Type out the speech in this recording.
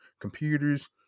computers